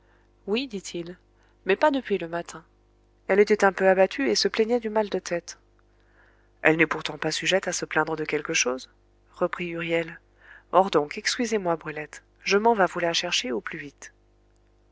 oui dit-il mais pas depuis le matin elle était un peu abattue et se plaignait du mal de tête elle n'est pourtant pas sujette à se plaindre de quelque chose reprit huriel or donc excusez-moi brulette je m'en vas vous la chercher au plus vite